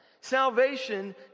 Salvation